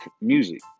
music